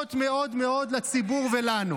חשובות מאוד מאוד לציבור ולנו.